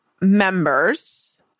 members